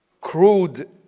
crude